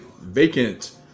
vacant